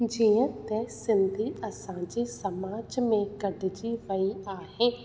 जीअं त सिंधी असांजे समाज में गॾिजी वई आहे